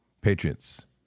Patriots